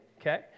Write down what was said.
Okay